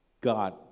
God